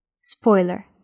Spoiler